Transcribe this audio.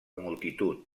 multitud